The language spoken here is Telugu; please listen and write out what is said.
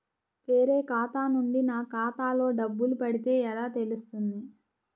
వేరే ఖాతా నుండి నా ఖాతాలో డబ్బులు పడితే ఎలా తెలుస్తుంది?